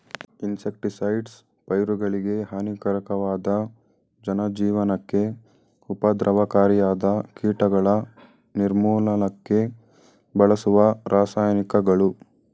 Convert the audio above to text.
insecticides ಪೈರುಗಳಿಗೆ ಹಾನಿಕಾರಕವಾದ ಜನಜೀವನಕ್ಕೆ ಉಪದ್ರವಕಾರಿಯಾದ ಕೀಟಗಳ ನಿರ್ಮೂಲನಕ್ಕೆ ಬಳಸುವ ರಾಸಾಯನಿಕಗಳು